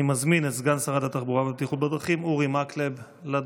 אני מזמין את סגן שרת התחבורה והבטיחות בדרכים אורי מקלב לדוכן.